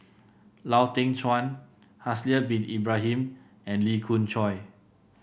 Lau Teng Chuan Haslir Bin Ibrahim and Lee Khoon Choy